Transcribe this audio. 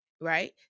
right